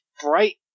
bright